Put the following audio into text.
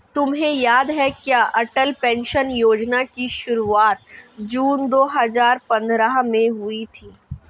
तुम्हें याद है क्या अटल पेंशन योजना की शुरुआत जून दो हजार पंद्रह में हुई थी?